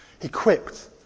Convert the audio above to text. Equipped